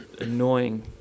annoying